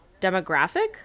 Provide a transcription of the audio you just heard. demographic